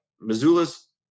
Missoula's